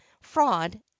fraud